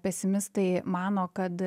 pesimistai mano kad